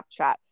Snapchat